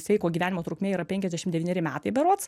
sveiko gyvenimo trukmė yra penkiasdešim devyneri metai berods